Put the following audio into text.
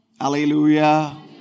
Hallelujah